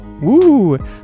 Woo